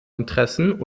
interessen